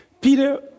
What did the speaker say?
Peter